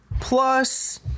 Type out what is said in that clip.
Plus